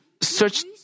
search